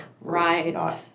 Right